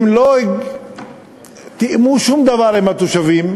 הם לא תיאמו שום דבר עם התושבים,